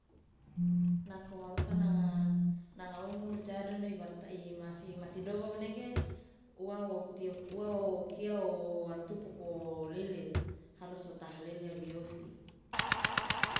Nako maruka nanga nanga umur jadono imasi dogo manege uwa wo tio uwa okia wa tupuku o lilin harus wo tahlil lebe iofi.